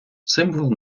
символ